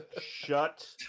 Shut